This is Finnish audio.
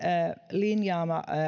linjaama